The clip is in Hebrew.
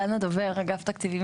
תסלחו לי,